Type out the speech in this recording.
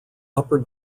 upper